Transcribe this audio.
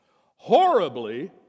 horribly